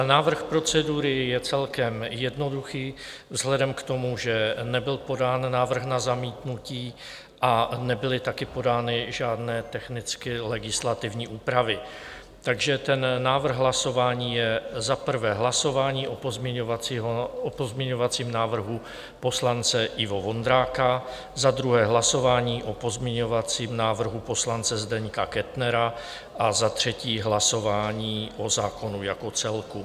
Návrh procedury je celkem jednoduchý vzhledem k tomu, že nebyl podán návrh na zamítnutí a nebyly taky podány žádné technicky legislativní úpravy, takže ten návrh hlasování je za prvé hlasování o pozměňovacím návrhu poslance Ivo Vondráka, za druhé hlasování o pozměňovacím návrhu poslance Zdeňka Kettnera a za třetí hlasování o zákonu jako celku.